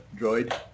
droid